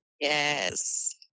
Yes